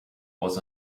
was